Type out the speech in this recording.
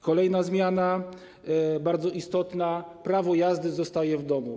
Kolejna zmiana, bardzo istotna: prawo jazdy zostaje w domu.